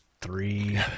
three